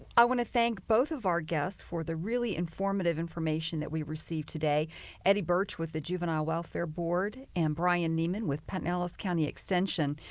i want to thank both of our guests for the really informative information that we received today eddie burch with the juvenile welfare board and brian niemann with pinellas county extension.